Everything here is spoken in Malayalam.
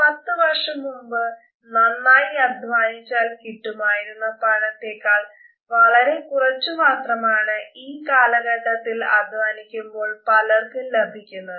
പത്തു വർഷം മുൻപ് നന്നായി അധ്വാനിച്ചാൽ കിട്ടുമായിരുന്ന പണത്തേക്കാൾ വളരെ കുറച്ചു മാത്രമാണ് ഈ കാലഘട്ടത്തിൽ അധ്വാനിക്കുമ്പോൾ പലർക്കും ലഭിക്കുന്നത്